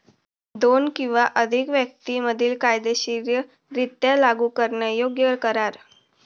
दोन किंवा अधिक व्यक्तीं मधील कायदेशीररित्या लागू करण्यायोग्य करार